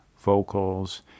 vocals